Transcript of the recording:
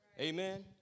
Amen